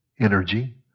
energy